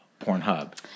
Pornhub